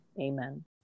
Amen